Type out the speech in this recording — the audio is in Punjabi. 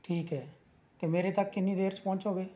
ਠੀਕ ਹੈ ਅਤੇ ਮੇਰੇ ਤੱਕ ਕਿੰਨੀ ਦੇਰ 'ਚ ਪਹੁੰਚੋਗੇ